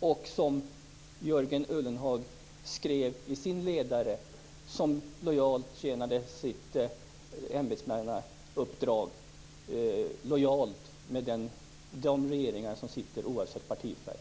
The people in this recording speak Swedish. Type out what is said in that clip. och som - som Jörgen Ullenhag skrev i sin ledare - kommer att tjäna sitt ämbetsmannauppdrag lojalt med den sittande regeringen, oavsett partifärg.